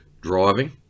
driving